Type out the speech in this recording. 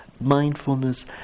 mindfulness